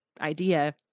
idea